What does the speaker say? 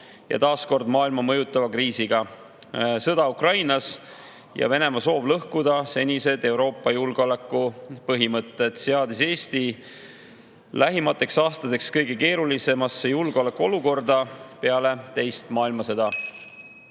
ja taas kord maailma mõjutava kriisiga. Sõda Ukrainas ja Venemaa soov lõhkuda senised Euroopa julgeolekupõhimõtted seadis Eesti lähimateks aastateks kõige keerulisemasse julgeolekuolukorda peale teist maailmasõda.